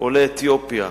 עולי אתיופיה,